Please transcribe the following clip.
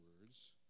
words